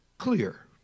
Clear